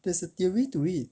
there's a theory to read